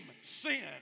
sin